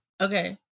Okay